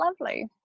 lovely